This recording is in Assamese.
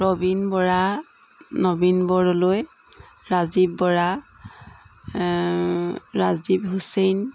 প্ৰবীণ বৰা নবীন বৰদলৈ ৰাজীৱ বৰা ৰাজদ্বীপ হুছেইন